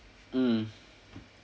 mm